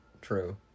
True